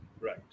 right